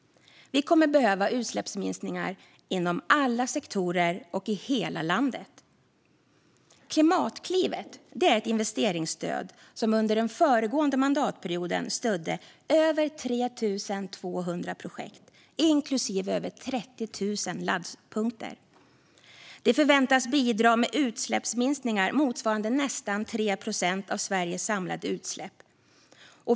Vi kommer att behöva utsläppsminskningar inom alla sektorer och i hela landet. Klimatklivet är ett investeringsstöd som under föregående mandatperiod stödde över 3 200 projekt, inklusive över 30 000 laddpunkter. Det förväntas bidra med utsläppsminskningar motsvarande nästan 3 procent av Sveriges samlade utsläpp av växthusgaser.